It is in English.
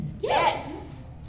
Yes